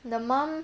the mom